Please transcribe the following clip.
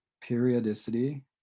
periodicity